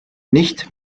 nicht